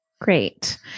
Great